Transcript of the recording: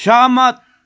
सहमत